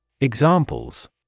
Examples